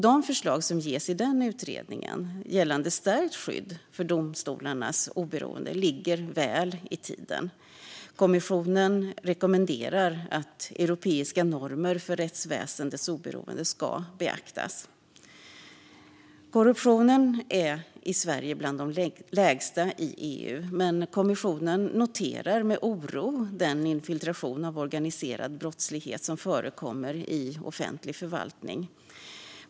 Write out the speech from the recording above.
De förslag som ges i den utredningen gällande stärkt skydd för domstolarnas oberoende ligger väl i tiden. Kommissionen rekommenderar att europeiska normer för rättsväsendets oberoende beaktas. Korruptionen i Sverige är bland de lägsta i EU, men kommissionen noterar med oro den infiltration av organiserad brottslighet som förekommer i offentlig förvaltning.